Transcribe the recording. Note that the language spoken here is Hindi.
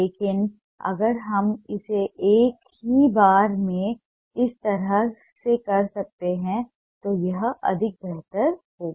लेकिन अगर हम इसे एक ही बार में इस तरह से कर सकते हैं तो यह अधिक बेहतर होगा